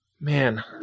Man